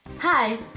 Hi